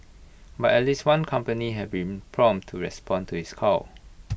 but at least one company has been prompt to respond to his call